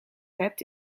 hebt